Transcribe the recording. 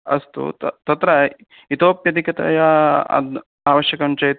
अस्तु त तत्र इतोप्यधिकतया अद् आवश्यकं चेत्